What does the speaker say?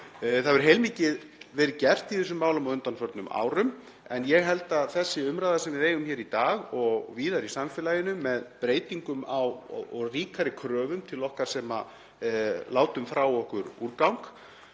Það hefur heilmikið verið gert í þessum málum á undanförnum árum en ég held að þessi umræða sem við eigum hér í dag og víðar í samfélaginu um breytingar á og ríkari kröfur til okkar sem látum frá okkur úrgang